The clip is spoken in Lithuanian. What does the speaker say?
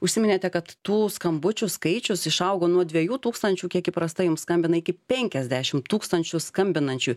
užsiminėte kad tų skambučių skaičius išaugo nuo dviejų tūkstančių kiek įprastai jums skambina iki penkiasdešim tūkstančių skambinančių